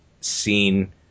seen